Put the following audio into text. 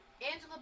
Angela